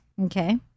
Okay